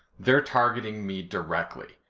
they're targeting me directly,